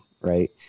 right